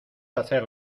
hacer